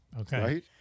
okay